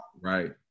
Right